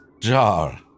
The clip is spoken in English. jar